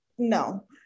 No